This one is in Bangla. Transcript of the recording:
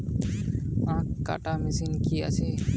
আখ কাটা মেশিন কি আছে?